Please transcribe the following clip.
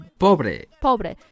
pobre